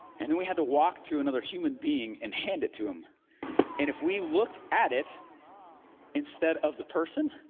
and then we had to walk to another human being and hand it to him and if we looked at it instead of the person,